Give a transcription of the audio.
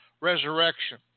resurrection